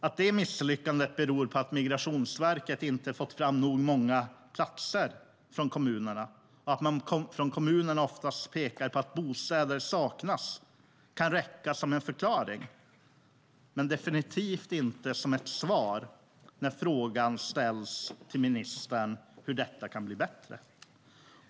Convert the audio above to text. Att detta misslyckande beror på att Migrationsverket inte har fått fram tillräckligt många platser i kommunerna och att kommunerna oftast pekar på att bostäder saknas kan räcka som en förklaring men definitivt inte som ett svar när frågan ställs till ministern om hur detta kan bli bättre.